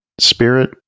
Spirit